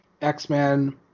X-Men